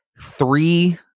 three